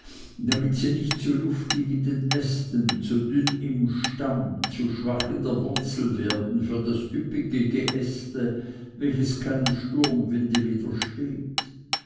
damit sie nicht zu luftig in den ästen zu dünn im stamm zu schwach in der wurzel werden für das üppige geäste welches keinem sturmwinde widersteht